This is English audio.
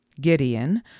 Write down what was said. Gideon